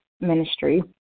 ministry